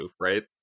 right